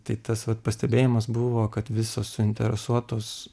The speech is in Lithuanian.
tai tas vat pastebėjimas buvo kad visos suinteresuotos